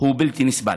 הוא בלתי נסבל.